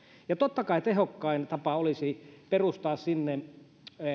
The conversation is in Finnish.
totta kai tehokkain tapa olisi perustaa sinne voi sanoa